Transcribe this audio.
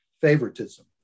favoritism